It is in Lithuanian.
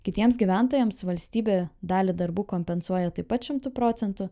kitiems gyventojams valstybė dalį darbų kompensuoja taip pat šimtu procentų